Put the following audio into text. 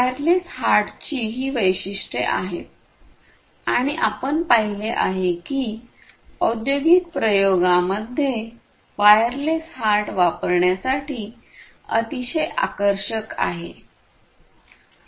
wireless हार्टची ही वैशिष्ट्ये आहेत आणि आपण पाहिले आहे की औद्योगिक प्रयोगामध्ये वायरलेस हार्ट वापरण्यासाठी अतिशय आकर्षक आहे